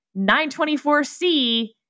924C